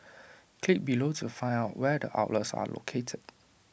click below to find out where the outlets are located